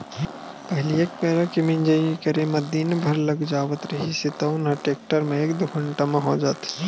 पहिली एक पैर के मिंजई करे म दिन भर लाग जावत रिहिस तउन ह टेक्टर म एक दू घंटा म हो जाथे